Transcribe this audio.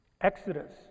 Exodus